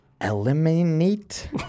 Eliminate